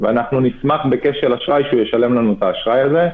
ואנחנו נשמח שהוא ישלם לנו את האשראי הזה.